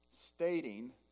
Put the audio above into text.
stating